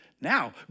now